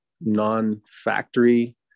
non-factory